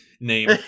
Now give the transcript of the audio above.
name